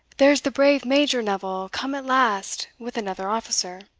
there's the brave major neville come at last, with another officer